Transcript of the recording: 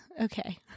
Okay